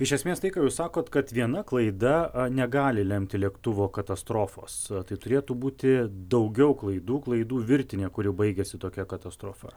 iš esmės tai ką jūs sakot kad viena klaida negali lemti lėktuvo katastrofos tai turėtų būti daugiau klaidų klaidų virtinė kuri baigiasi tokia katastrofa